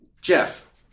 Jeff